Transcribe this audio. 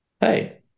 hey